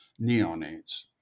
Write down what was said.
neonates